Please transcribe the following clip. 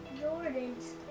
Jordan's